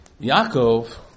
Yaakov